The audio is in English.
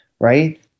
right